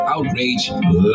Outrage